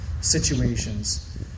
situations